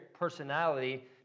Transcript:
personality